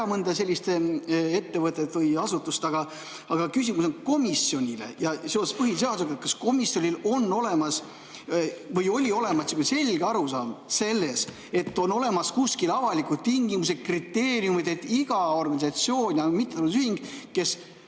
mõnda sellist ettevõtet või asutust, aga küsimus on komisjonile ja seoses põhiseadusega. Kas komisjonil oli olemas selge arusaam sellest, et on olemas kuskil avalikud tingimused, kriteeriumid, selleks et iga organisatsioon ja mittetulundusühing, kes